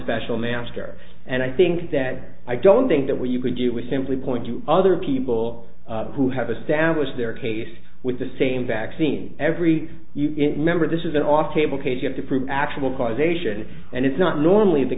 special master and i think that i don't think that what you can do is simply point to other people who have established their case with the same vaccine every member this is an off label case you have to prove actual causation and it's not normally